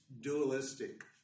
dualistic